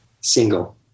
Single